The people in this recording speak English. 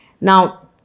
Now